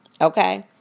Okay